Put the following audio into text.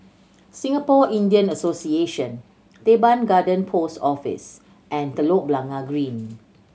Singapore Indian Association Teban Garden Post Office and Telok Blangah Green